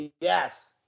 yes